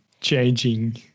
changing